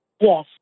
Yes